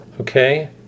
Okay